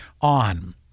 on